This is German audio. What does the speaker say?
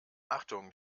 achtung